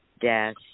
dash